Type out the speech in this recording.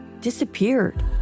disappeared